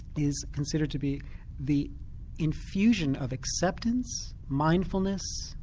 is considered to be the infusion of acceptance, mindfulness,